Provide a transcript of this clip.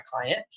client